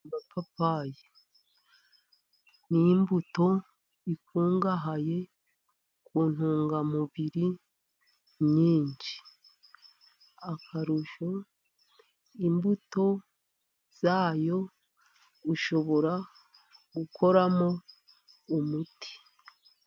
Amapapayi n'imbuto ikungahaye ku ntungamubiri nyinshi , akarusho imbuto zayo ushobora gukoramo umuti.